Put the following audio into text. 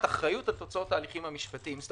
אחריות על תוצאות ההליכים המשפטיים.